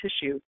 tissue